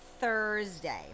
thursday